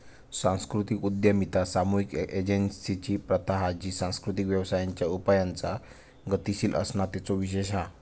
सांस्कृतिक उद्यमिता सामुहिक एजेंसिंची प्रथा हा जी सांस्कृतिक व्यवसायांच्या उपायांचा गतीशील असणा तेचो विशेष हा